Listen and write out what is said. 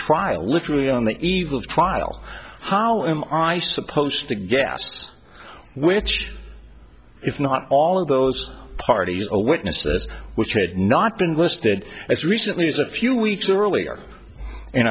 trial literally on the eve of trial how am i supposed to guess which if not all of those parties a witness which had not been listed as recently as a few weeks earlier in